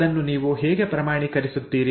ಅದನ್ನು ನೀವು ಹೇಗೆ ಪ್ರಮಾಣೀಕರಿಸುತ್ತೀರಿ